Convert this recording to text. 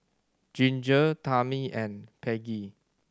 Ginger Tami and Peggie